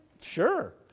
Sure